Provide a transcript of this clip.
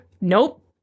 Nope